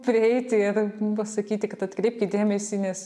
prieiti ir pasakyti kad atkreipkit dėmesį nes